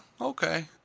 okay